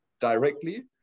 directly